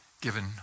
given